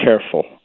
careful